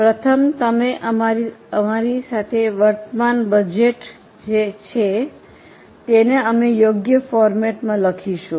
પ્રથમ અમારી વર્તમાન બજેટ છે જે અમે તેને યોગ્ય ફોર્મેટમાં લખીશું